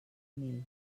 mil